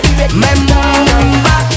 remember